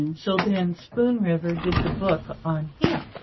and so then spoon river did the book on him.